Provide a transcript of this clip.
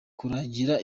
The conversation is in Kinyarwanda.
kuragira